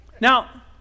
Now